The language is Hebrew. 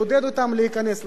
לעודד אותם להיכנס,